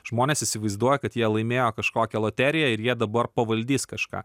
žmonės įsivaizduoja kad jie laimėjo kažkokią loteriją ir jie dabar pavaldys kažką